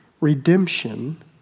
redemption